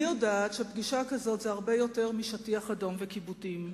אני יודעת שפגישה כזאת זה הרבה יותר משטיח אדום וכיבודים.